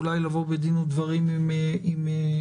אולי לבוא בדין ודברים עם הממשלה,